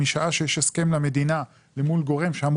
שמשעה שיש הסכם למדינה מול גורם שצריך